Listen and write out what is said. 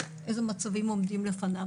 איזה מצבים עומדים בפניו,